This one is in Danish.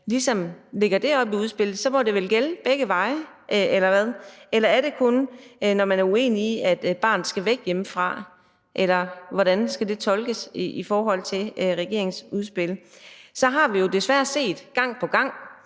ligesom lægger op til det i udspillet. For så må det vel gælde begge veje, eller hvad? Eller er det kun, når man er uenig i, at et barn skal væk hjemmefra? Eller hvordan skal det tolkes i forhold til regeringens udspil? Så har vi jo desværre gang på gang